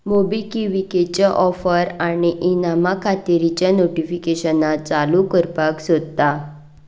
मोबिकिविकेचे offer आनी इनामां खातिरीचें नोटिफिकेशनां चालू करपाक सोदता